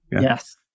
Yes